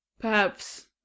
Perhaps